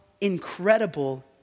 incredible